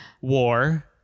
war